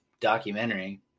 documentary